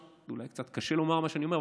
ואולי קצת קשה לומר מה שאני אומר,